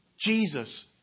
Jesus